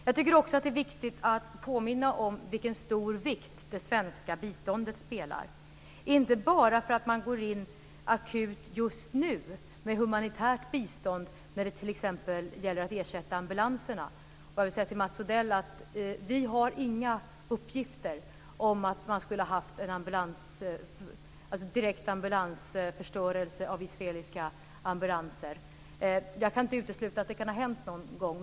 Jag tycker också att det är viktigt att påminna om vilken stor vikt det svenska biståndet spelar, inte bara för att man går in akut just nu med humanitärt bistånd t.ex. när det gäller att ersätta ambulanserna. Och jag vill säga till Mats Odell att vi inte har några uppgifter om att man skulle ha haft en direkt förstörelse av israeliska ambulanser. Jag kan inte utesluta att det kan ha hänt någon gång.